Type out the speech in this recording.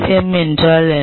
M என்றால் என்ன